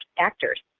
actors.